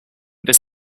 this